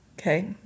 Okay